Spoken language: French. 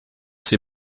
ces